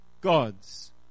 gods